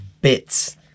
bits